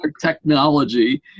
technology